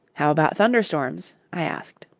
how about thunder-storms? i asked.